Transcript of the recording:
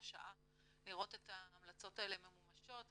שעה לראות את ההמלצות האלה מממומשות.